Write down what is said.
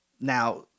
now